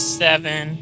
seven